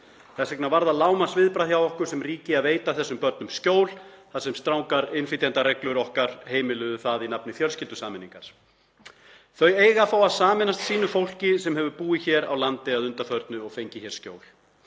Þess vegna var það lágmarksviðbragð hjá okkur sem ríki að veita þessum börnum skjól þar sem strangar innflytjendareglur okkar heimiluðu það í nafni fjölskyldusameiningar. Þau eiga að fá að sameinast sínu fólki sem hefur búið hér á landi að undanförnu og fengið hér skjól.